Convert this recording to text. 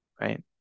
Right